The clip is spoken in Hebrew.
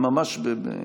ממש בקצרה.